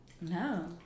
No